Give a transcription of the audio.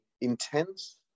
intense